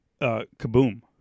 Kaboom